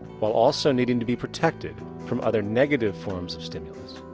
while also needing to be protected from other negative forms of stimulus.